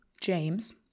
James